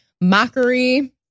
mockery